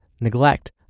neglect